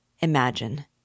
Imagine